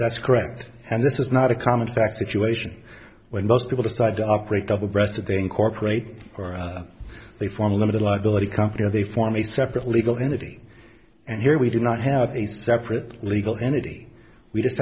that's correct and this is not a common fact situation when most people decide to operate double breasted they incorporate they form a limited liability company or they form a separate legal entity and here we do not have a separate legal entity we just